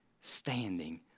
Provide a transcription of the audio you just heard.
standing